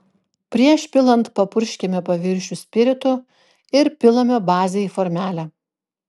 prieš pilant papurškiame paviršių spiritu ir pilame bazę į formelę